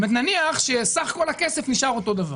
נניח שסך כל הכסף נשאר אותו דבר.